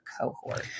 cohort